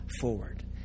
forward